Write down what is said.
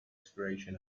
expiration